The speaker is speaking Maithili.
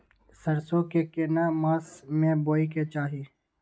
सरसो के केना मास में बोय के चाही?